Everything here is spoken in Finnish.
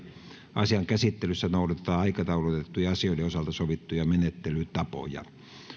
asian käsittelyssä noudatetaan aikataulutettujen asioiden osalta sovittuja menettelytapoja